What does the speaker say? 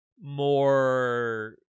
more